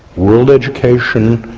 world education,